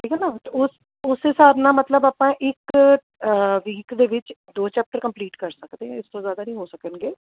ਠੀਕ ਆ ਨਾ ਅਤੇ ਉਸ ਉਸੇ ਹਿਸਾਬ ਨਾਲ ਮਤਲਬ ਆਪਾਂ ਇੱਕ ਵੀਕ ਦੇ ਵਿੱਚ ਦੋ ਚੈਪਟਰ ਕੰਪਲੀਟ ਕਰ ਸਕਦੇ ਹਾਂ ਇਸ ਤੋਂ ਜ਼ਿਆਦਾ ਨਹੀਂ ਹੋ ਸਕਣਗੇ